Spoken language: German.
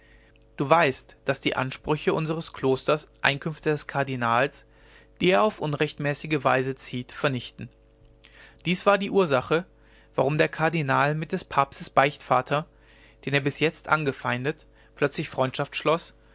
du weißt daß die ansprüche unsers klosters einkünfte des kardinals die er auf unrechtmäßige weise zieht vernichten dies war die ursache warum der kardinal mit des papstes beichtvater den er bis jetzt angefeindet plötzlich freundschaft schloß